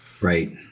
Right